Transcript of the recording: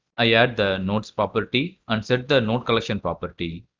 i add the nodes property and set the note collection property.